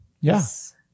Yes